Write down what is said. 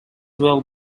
well